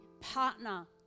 partner